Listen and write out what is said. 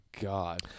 God